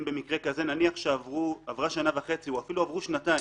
נניח עברה שנה וחצי או אפילו עברו שנתיים,